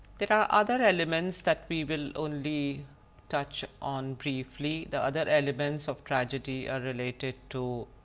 there are other elements that we will only touch on briefly. the other elements of tragedy are related to